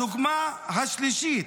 הדוגמה השלישית: